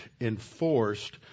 enforced